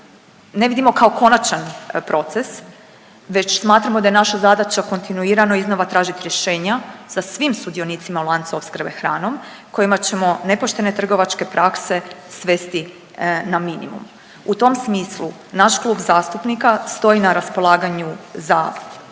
ne vidimo kao konačan proces već smatramo da je naša zadaća kontinuirano iznova tražiti rješenja sa svim sudionicima lanca opskrbe hranom kojima ćemo nepoštene trgovačke prakse svesti na minimum. U tom smislu naš klub zastupnika stoji na raspolaganju za